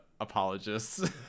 apologists